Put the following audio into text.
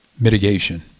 Mitigation